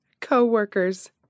Co-workers